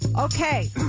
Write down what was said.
Okay